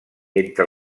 entre